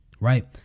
Right